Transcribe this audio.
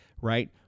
right